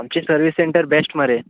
आमची service centre best मरे